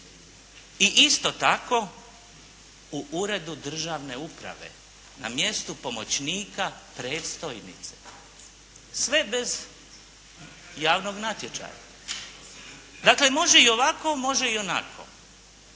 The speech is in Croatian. I isto tako u Uredu državne uprave na mjestu pomoćnika predstojnice. Sve bez javnog natječaja. Dakle, može i ovako, može i onako.